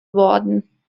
worden